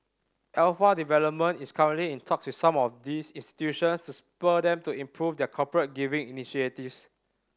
Alpha Development is currently in talks with some of these institutions to spur them to improve their corporate giving initiatives